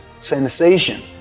sensation